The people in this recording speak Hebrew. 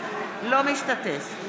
משתתף בהצבעה